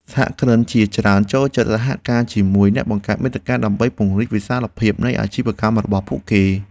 សហគ្រិនជាច្រើនចូលចិត្តសហការជាមួយអ្នកបង្កើតមាតិកា ដើម្បីពង្រីកវិសាលភាពនៃអាជីវកម្មរបស់ពួកគេ។